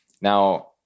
Now